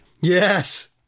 Yes